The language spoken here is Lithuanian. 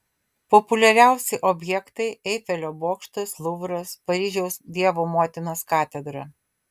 populiariausi objektai eifelio bokštas luvras paryžiaus dievo motinos katedra